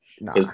No